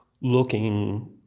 looking